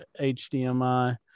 HDMI